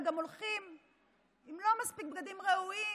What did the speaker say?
גם הולכים עם לא מספיק בגדים ראויים,